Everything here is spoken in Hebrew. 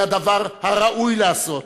היא הדבר הראוי לעשות,